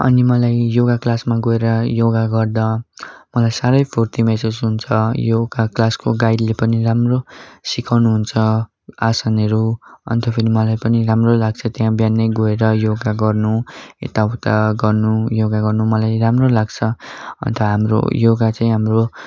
अनि मलाई योगा क्लासमा गएर योगा गर्दा मलाई साह्रै फूर्ती महसुस हुन्छ योगा क्लासको गाइडले पनि राम्रो सिकाउनुहुन्छ आसनहरू अन्त फेरि मलाई पनि राम्रो लाग्छ त्यहाँ बिहानै गएर योगा गर्नु यता उता गर्नु योगा गर्नु मलाई राम्रो लाग्छ अन्त हाम्रो योगा चाहिँ हाम्रो